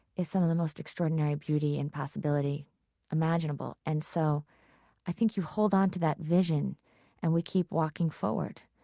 is some of the most extraordinary beauty and possibility imaginable and so i think you hold on to that vision and we keep walking forward,